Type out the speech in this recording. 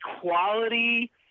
quality